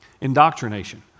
Indoctrination